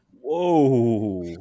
Whoa